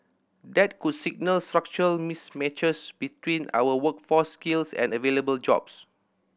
that could signal structural mismatches between our workforce skills and available jobs